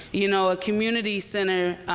you know a community center